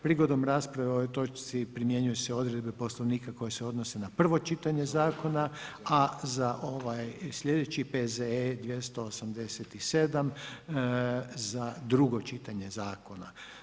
Prigodom rasprave o ovoj točci primjenjuju se odredbe Poslovnika koje se odnose na prvo čitanje Zakona, a za ovaj slijedeći P.Z.E. 287 za drugo čitanje Zakona.